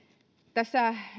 tässä